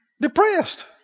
depressed